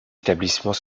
établissements